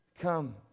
Come